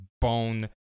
bone